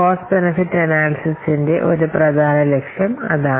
cost benefit അനാല്യ്സിസ്സിന്റെ ഒരു പ്രധാന ലക്ഷ്യം അതാണ്